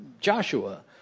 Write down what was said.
Joshua